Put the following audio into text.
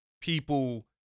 people